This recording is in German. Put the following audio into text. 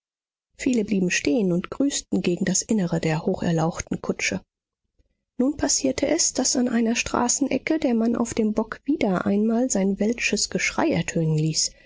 viele blieben stehen und grüßten gegen das innere der hocherlauchten kutsche nun passierte es daß an einer straßenecke der mann auf dem bock wieder einmal sein welsches geschrei ertönen ließ